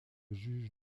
juge